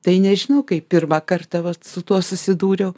tai nežinau kai pirmą kartą vat su tuo susidūriau